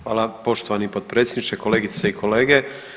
Hvala poštovani potpredsjedniče, kolegice i kolege.